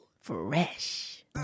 fresh